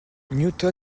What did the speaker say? newton